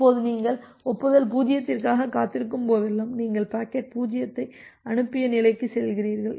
இப்போது நீங்கள் ஒப்புதல் 0 க்காகக் காத்திருக்கும்போதெல்லாம் நீங்கள் பாக்கெட் 0ஐ அனுப்பிய நிலைக்குச் செல்கிறீர்கள்